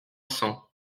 cents